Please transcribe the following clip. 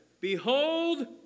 Behold